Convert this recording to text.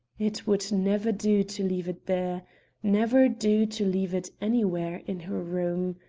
it would never do to leave it there never do to leave it anywhere in her room.